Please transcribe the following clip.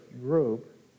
group